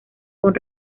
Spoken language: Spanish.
con